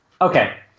okay